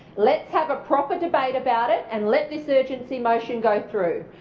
let's have a proper debate about it and let this urgency motion go through.